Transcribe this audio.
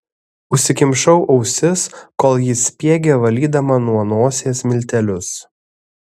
užsikimšau ausis kol ji spiegė valydama nuo nosies miltelius